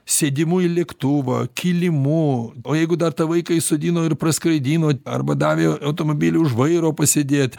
sėdimu į lėktuvą kilimu o jeigu dar tą vaiką įsodino ir paskraidino arba davė automobilį už vairo pasėdėt